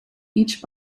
each